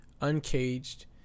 uncaged